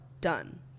done